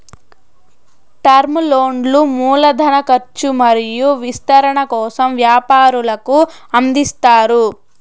term లోన్లు మూల ధన కర్చు మరియు విస్తరణ కోసం వ్యాపారులకు అందిస్తారు